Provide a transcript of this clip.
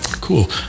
Cool